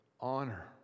honor